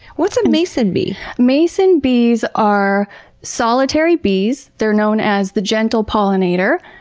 what's a mason bee? mason bees are solitary bees. they are known as the gentle pollinator.